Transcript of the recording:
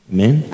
Amen